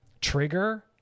trigger